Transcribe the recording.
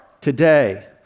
today